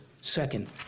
Second